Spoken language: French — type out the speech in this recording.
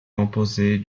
composée